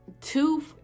two